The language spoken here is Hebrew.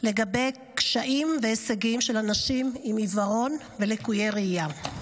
כלפי קשיים והישגים של אנשים עם עיוורון ולקויי ראייה.